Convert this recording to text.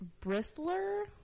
Bristler